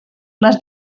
les